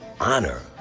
Honor